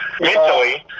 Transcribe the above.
mentally